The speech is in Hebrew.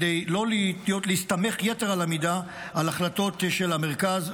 כדי לא להסתמך יתר על המידה על החלטות של המרכז,